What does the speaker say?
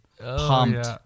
Pumped